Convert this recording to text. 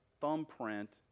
thumbprint